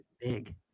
big